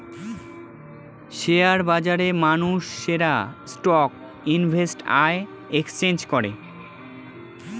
share বাজারে মানুষেরা stock invest আর এক্সচেঞ্জ করে